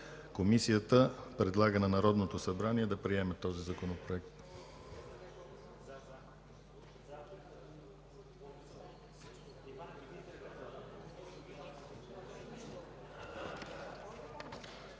Комисията предлага на Народното събрание да приеме този Законопроект.